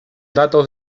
datos